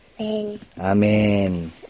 Amen